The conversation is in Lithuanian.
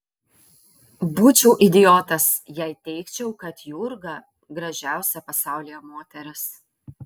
būčiau idiotas jei teigčiau kad jurga gražiausia pasaulyje moteris